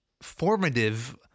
formative